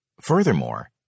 Furthermore